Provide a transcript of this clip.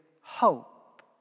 hope